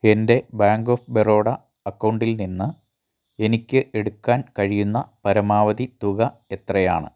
എൻ്റെ Bank of Baroda അക്കൗണ്ടിൽ നിന്ന് എനിക്ക് എടുക്കാൻ കഴിയുന്ന പരമാവധി തുക എത്രയാണ്